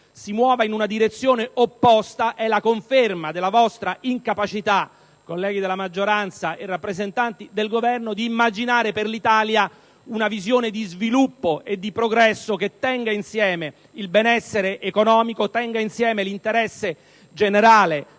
si muova in direzione opposta è la conferma della vostra incapacità, colleghi della maggioranza e rappresentanti del Governo, di immaginare per l'Italia una visione di sviluppo e di progresso che tenga insieme il benessere economico e l'interesse generale